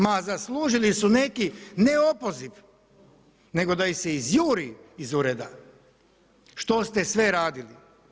Ma zaslužili su neki ne opoziv, nego da ih se izjuri iz ureda, što ste sve radili.